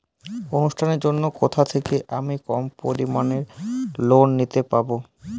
অনুষ্ঠানের জন্য কোথা থেকে আমি কম পরিমাণের লোন নিতে পারব?